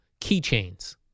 keychains